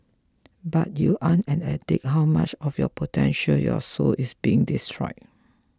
but you're an addict how much of your potential your soul is being destroyed